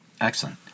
Excellent